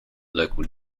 local